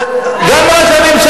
והיום הוא